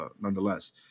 nonetheless